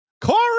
Corey